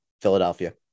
Philadelphia